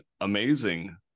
amazing